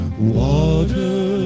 water